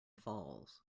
falls